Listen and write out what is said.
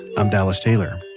i'm dallas taylor